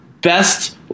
best